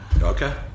okay